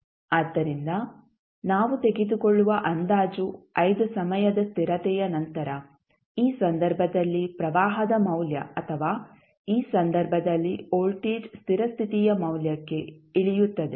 ಆದ್ದರಿಂದ ನಾವು ತೆಗೆದುಕೊಳ್ಳುವ ಅಂದಾಜು 5 ಸಮಯದ ಸ್ಥಿರತೆಯ ನಂತರ ಈ ಸಂದರ್ಭದಲ್ಲಿ ಪ್ರವಾಹದ ಮೌಲ್ಯ ಅಥವಾ ಈ ಸಂದರ್ಭದಲ್ಲಿ ವೋಲ್ಟೇಜ್ ಸ್ಥಿರ ಸ್ಥಿತಿಯ ಮೌಲ್ಯಕ್ಕೆ ಇಳಿಯುತ್ತದೆ